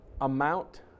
amount